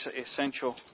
essential